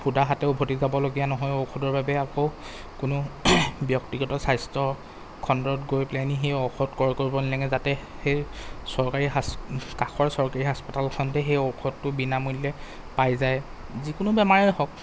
সুদা হাতে উভতি যাবলগীয়া নহয় ঔষধৰ বাবে আকৌ কোনো ব্যক্তিগত স্বাস্থ্য খণ্ডত গৈ পেলাই নি সেই ঔষধ ক্ৰয় কৰিব নেলাগে যাতে সেই চৰকাৰী কাষৰ চৰকাৰী হাস্পাতালখনতে সেই ঔষধটো বিনামূল্যে পাই যায় যিকোনো বেমাৰেই হওক